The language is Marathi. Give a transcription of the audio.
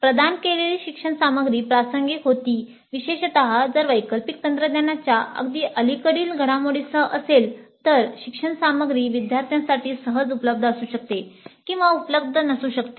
"प्रदान केलेली शिक्षण सामग्री प्रासंगिक होती" विशेषत जर वैकल्पिक तंत्रज्ञानाच्या अगदी अलिकडील घडामोडींसह असेल तर् शिक्षण सामग्री विद्यार्थ्यांसाठी सहज उपलब्ध असू शकते किंवा उपलब्ध नसू शकते